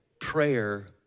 prayer